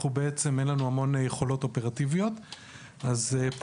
למעשה אין לנו יכולות אופרטיביות ולכן